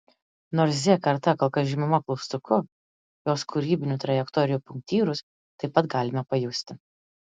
nors z karta kol kas žymima klaustuku jos kūrybinių trajektorijų punktyrus taip pat galime pajusti